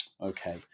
okay